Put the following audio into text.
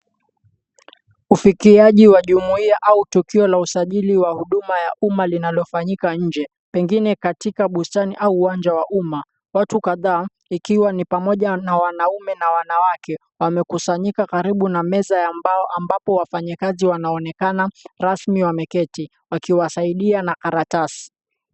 Ufikiaji wa jumuiya au tukio la usajili wa huduma ya umma, linalofanyika nje. Pengine katika bustani, au uwanja wa umma. Watu kadhaa ikiwa ni pamoja na wanaume na wanawake, wamekusanyika karibu na meza ya mbao. Ambapo wafanyikazi wanaonekana rasmi wameketi, wakiwasaidia na karatasi.